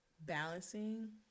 balancing